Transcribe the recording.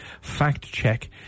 fact-check